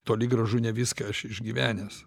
toli gražu ne viską aš išgyvenęs